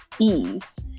ease